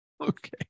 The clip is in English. okay